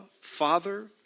Father